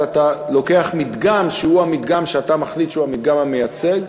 אבל אתה לוקח מדגם שהוא המדגם שאתה מחליט שהוא המדגם המייצג,